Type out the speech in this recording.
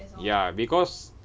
ya because